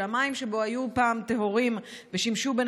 שהמים שבו היו פעם טהורים ושימשו בין